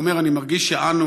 והוא אומר: אני מרגיש שאנו,